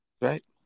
Right